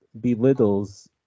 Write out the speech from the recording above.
belittles